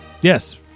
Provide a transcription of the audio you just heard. Yes